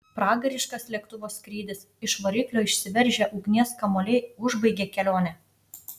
pragariškas lėktuvo skrydis iš variklio išsiveržę ugnies kamuoliai užbaigė kelionę